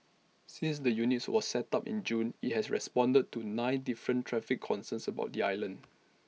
since the units was set up in June IT has responded to nine different traffic concerns about the island